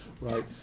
right